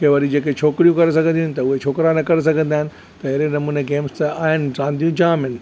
के वरी जेके छोकिरियूं करे सघंदियूं आहिनि त उहे छोकिरा न करे सघंदा आहिनि त अहिड़े नमूने गेम्स त आहिनि रांदियूं जाम आहिनि